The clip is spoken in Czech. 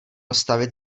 stavit